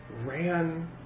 ran